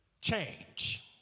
change